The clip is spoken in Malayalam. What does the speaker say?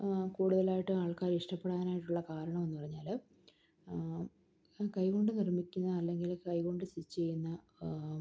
കൂടുതലായിട്ടും ആൾക്കാര് ഇഷ്ടപ്പെടാനായിട്ടുള്ള കാരണമെന്ന് പറഞ്ഞാല് കൈകൊണ്ട് നിർമ്മിക്കുന്ന അല്ലെങ്കില് കൈകൊണ്ട് സ്റ്റിച്ച് ചെയ്യുന്ന